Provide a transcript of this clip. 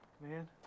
man